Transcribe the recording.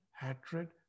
hatred